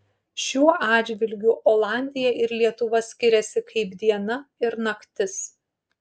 šiuo atžvilgiu olandija ir lietuva skiriasi kaip diena ir naktis